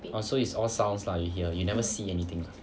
orh so it's all sounds lah you hear you never see anything